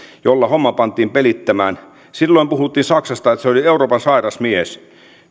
jolla homma pantiin pelittämään silloin puhuttiin saksasta että se oli euroopan sairas mies